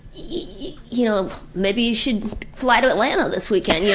you you know, maybe you should fly to atlanta this weekend! yeah